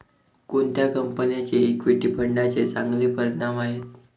कोणत्या कंपन्यांचे इक्विटी फंडांचे चांगले परिणाम आहेत?